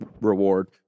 reward